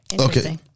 Okay